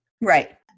Right